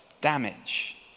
damage